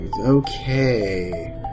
Okay